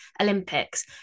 Olympics